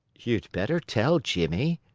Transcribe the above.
you'd better tell, jimmie,